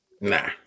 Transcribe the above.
Nah